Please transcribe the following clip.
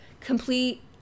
complete